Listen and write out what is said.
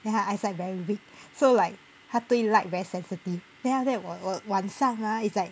then 它 eyesight very weak so like 它对 light very sensitive then after that 我我晚上啊 is like